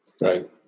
Right